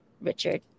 Richard